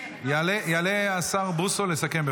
יעלה השר בוסו לסכם.